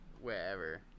wherever